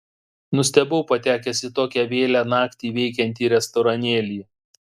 nustebau patekęs į tokią vėlią naktį veikiantį restoranėlį